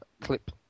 clip